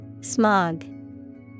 Smog